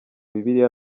bibiliya